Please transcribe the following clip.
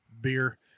beer